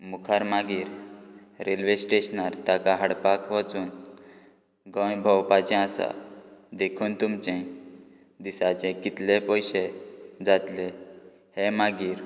मुखार मागीर रेल्वे स्टेशनार ताका हाडपाक वचून गोंय भोंवपाचें आसा देखून तुमचें दिसाचे कितले पयशे जातलें हें मागीर